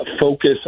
focus